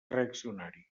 reaccionari